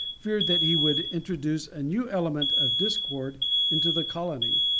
feared that he would introduce a new element of discord into the colony.